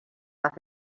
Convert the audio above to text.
off